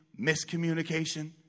miscommunication